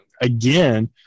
again